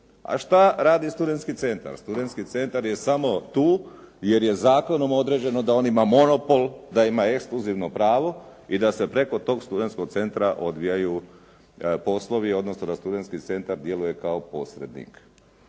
A što radi studentski centar? Studentski centar je samo tu jer je zakonom određeno da on ima monopol, da ima ekskluzivno pravo i da se preko tog studentskog centra odvijaju poslovi, odnosno da studentski centar djeluje kao posrednik.